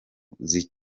muziki